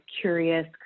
curious